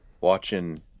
watching